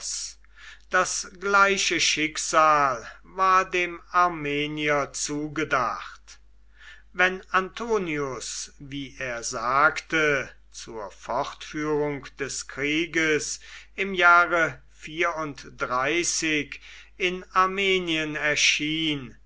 das gleiche schicksal war dem armenier zugedacht wenn antonius wie er sagte zur fortführung des krieges im jahre in armenien erschien